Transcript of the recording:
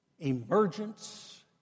Emergence